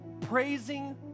praising